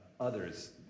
Others